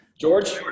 George